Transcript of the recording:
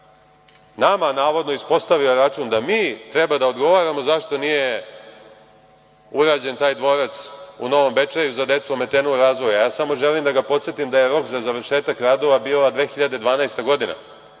nama navodno ispostavio račun da mi treba da odgovaramo zašto nije urađen taj dvorac u Novom Bečeju za decu ometenu u razvoju. Ja samo želim da ga podsetim da je rok za završetak radova bila 2012. godina,